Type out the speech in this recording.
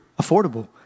affordable